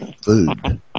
food